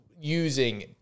using